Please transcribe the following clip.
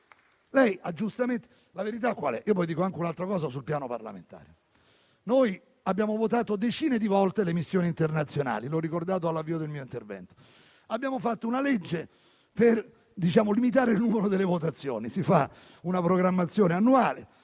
chiusa. Qual è la verità? Vorrei dire anche un'altra cosa sul piano parlamentare. Noi abbiamo votato decine di volte le missioni internazionali, come ho ricordato all'avvio del mio intervento; abbiamo varato una legge per limitare il numero delle votazioni: si fa una programmazione annuale,